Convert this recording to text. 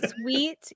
sweet